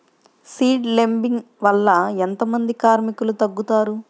Seed లేంబింగ్ వల్ల ఎంత మంది కార్మికులు తగ్గుతారు?